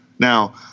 Now